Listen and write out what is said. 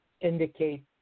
Indicate